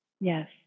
Yes